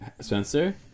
Spencer